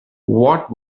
what